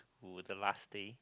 to the last day